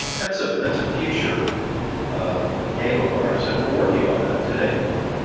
that's ah that's a future aim of ours and we're working on that today in the lab.